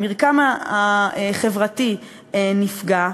המרקם החברתי נפגע,